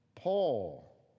Paul